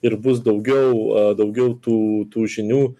ir bus daugiau a daugiau tų tų žinių